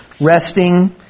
resting